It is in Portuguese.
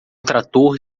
trator